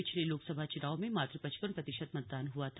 पिछले लोकसभा चुनाव में मात्र पचपन प्रतिशत मतदान हुआ था